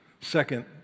Second